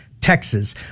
Texas